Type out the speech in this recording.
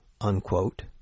unquote